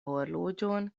horloĝon